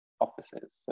offices